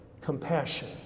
compassion